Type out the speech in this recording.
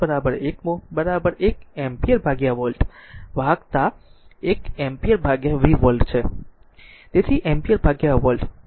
તેથી 1 siemens 1 mho 1 ampere ભાગ્યા volt આ એક વાહકતા i એમ્પીયર v વોલ્ટ છે તેથી એમ્પીયર ભાગ્યા વોલ્ટ